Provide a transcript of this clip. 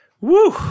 Woo